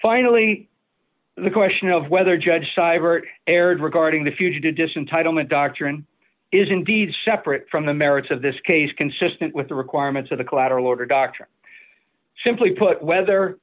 finally the question of whether judge seibert erred regarding the future to distant title meant doctrine is indeed separate from the merits of this case consistent with the requirements of the collateral order doctrine simply put whether